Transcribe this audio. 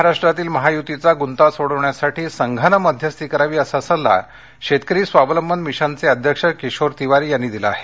महाराष्ट्रातील महायुतीचा गुंता सोडविण्यासाठी संघानं मध्यस्थी करावी असा सल्ला शेतकरी स्वावलंबन मिशनचे अध्यक्ष किशोर तिवारी यांनी दिला आहे